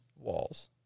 walls